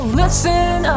listen